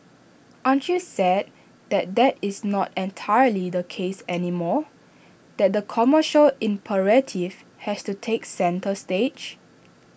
aren't you sad that that is not entirely the case anymore that the commercial imperative has to take centre stage